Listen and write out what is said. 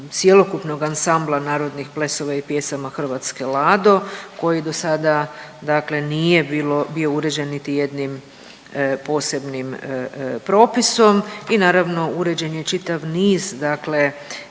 cjelokupnog ansambla narodnih plesova i pjesama Hrvatske „Lado“ koji do sada dakle nije bilo, bio uređen niti jednim posebnim propisom i naravno uređen je čitav niz dakle